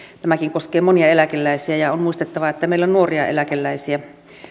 tämäkin koskee monia eläkeläisiä ja on muistettava että meillä on nuoria eläkeläisiä